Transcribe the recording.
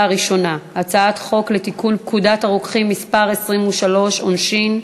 הצעת חוק לתיקון פקודת הרוקחים (מס' 23) (עונשין,